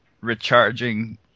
recharging